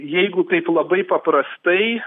jeigu taip labai paprastai